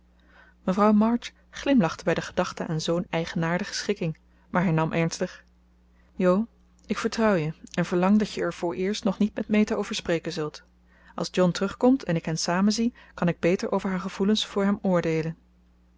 mevrouw march glimlachte bij de gedachte aan zoo'n eigenaardige schikking maar hernam ernstig jo ik vertrouw je en verlang dat je er vooreerst nog niet met meta over spreken zult als john terugkomt en ik hen samen zie kan ik beter over haar gevoelens voor hem oordeelen